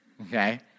Okay